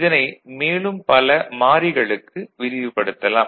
இதனை மேலும் பல மாறிகளுக்கு வரிவுபடுத்தலாம்